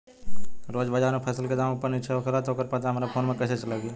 रोज़ बाज़ार मे फसल के दाम ऊपर नीचे होखेला त ओकर पता हमरा फोन मे कैसे लागी?